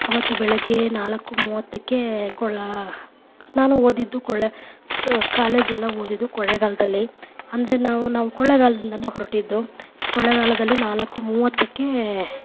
ಆವತ್ತು ಬೆಳಗ್ಗೆ ನಾಲ್ಕು ಮೂವತ್ತಕ್ಕೆ ಕೊಳ್ಳ ನಾನು ಓದಿದ್ದು ಕೊಳ್ಳ ಕ ಕಾಲೇಜೆಲ್ಲ ಓದಿದ್ದು ಕೊಳ್ಳೇಗಾಲದಲ್ಲಿ ಅಂದರೆ ನಾವು ನಾವು ಕೊಳ್ಳೇಗಾಲದಿಂದನೇ ಹೊರಟಿದ್ದು ಕೊಳ್ಳೇಗಾಲದಲ್ಲಿ ನಾಲ್ಕು ಮೂವತ್ತಕ್ಕೆ